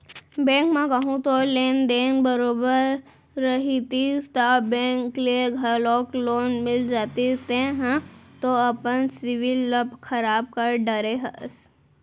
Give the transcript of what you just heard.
bank म कहूँ तोर लेन देन बरोबर रहितिस ता बेंक ले घलौक लोन मिल जतिस तेंहा तो अपन सिविल ल खराब कर डरे हस